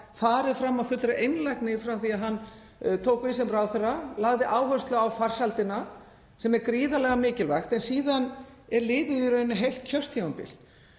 farið fram af fullri einlægni frá því að hann tók við sem ráðherra og lagði áherslu á farsældina, sem er gríðarlega mikilvægt. En síðan er liðið heilt kjörtímabil.